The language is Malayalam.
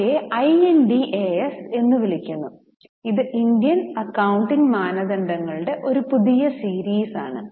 അവയെ IND AS എന്ന് വിളിക്കുന്നു ഇത് ഇന്ത്യൻ അക്കൌണ്ടിംഗ് മാനദണ്ഡങ്ങളുടെ ഒരു പുതിയ സീരീസ് ആണ്